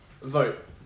Vote